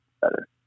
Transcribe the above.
better